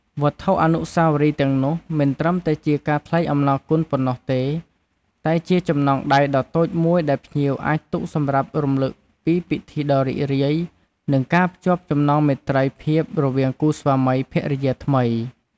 វត្ថុអនុស្សាវរីយ៍ទាំងនោះមិនត្រឹមតែជាការថ្លែងអំណរគុណប៉ុណ្ណោះទេ តែជាចំណងដៃដ៏តូចមួយដែលភ្ញៀវអាចទុកសម្រាប់រំឭកពីពិធីដ៏រីករាយ និងការភ្ជាប់ចំណងមេត្រីភាពរវាងគូស្វាមីភរិយាថ្មី។